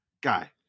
guy